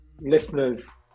listeners